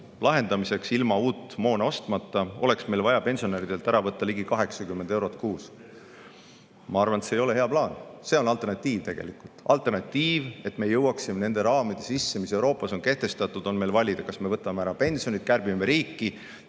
[täitmiseks], ilma uut moona ostmata, oleks vaja pensionäridelt ära võtta ligi 80 eurot kuus. Ma arvan, et see ei ole hea plaan. See on tegelikult see alternatiiv. Et me jõuaksime nende raamide sisse, mis Euroopas on kehtestatud, on meil valida, kas me võtame ära pensionid, kärbime riiki